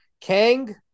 Kang